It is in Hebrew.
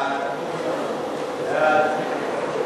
ההצעה להעביר את הצעת חוק לתיקון פקודת